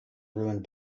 ruined